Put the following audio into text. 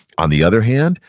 on the other hand,